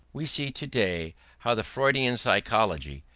we see today how the freudian psychology,